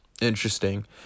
interesting